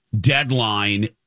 deadline